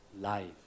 life